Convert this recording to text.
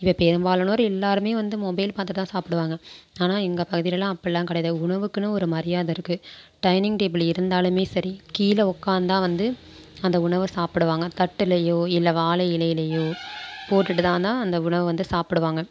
இப்போ பெரும்பாலானோர் எல்லோருமே வந்து மொபைல் பார்த்துட்டு தான் சாப்பிடுவாங்க ஆனால் எங்கள் பகுதியிலெலாம் அப்புடில்லாம் கிடையாது உணவுக்குன்னு ஒரு மரியாதை இருக்குது டைனிங் டேபிள் இருந்தாலுமே சரி கீழே உக்காந்துதான் வந்து அந்த உணவை சாப்பிடுவாங்க தட்டிலையோ இல்லை வாழை இலையிலையோ போட்டுகிட்டுதான்னா அந்த உணவை வந்து சாப்பிடுவாங்க